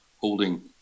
holding